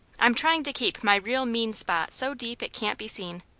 i'm trying to keep my real mean spot so deep it can't be seen.